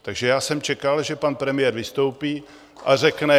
Takže já jsem čekal, že pan premiér vystoupí a řekne.